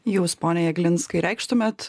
jūs pone jeglinskai reikštumėt